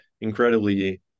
incredibly